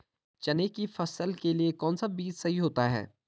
चने की फसल के लिए कौनसा बीज सही होता है?